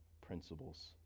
principles